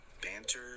Banter